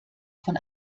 von